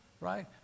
right